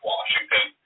Washington